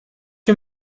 you